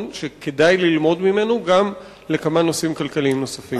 שכדאי ללמוד ממנו גם לכמה נושאים כלכליים נוספים.